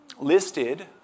listed